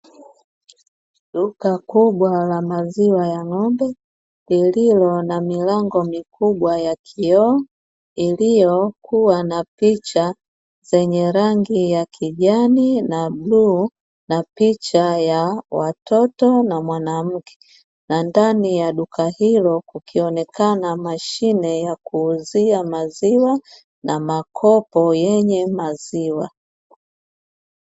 Duka kubwa la maziwa ya ng'ombe, lililo na milango mikubwa ya kioo, iliyokuwa na picha zenye rangi ya kijani, na bluu na picha ya watoto na mwanamke. Na ndani ya duka hilo, kukionekana mashine ya kuuzia maziwa, na makopo yenye maziwa.